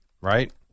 right